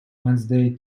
wednesday